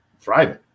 thriving